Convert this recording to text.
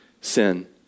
sin